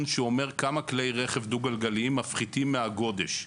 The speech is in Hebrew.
שאומר כמה כלי רכב דו גלגליים מפחיתים מהגודש.